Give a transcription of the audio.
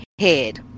head